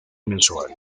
mensual